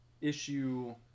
issue